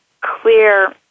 clear